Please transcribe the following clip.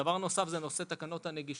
דבר נוסף זה נושא תקנות הנגישות,